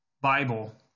Bible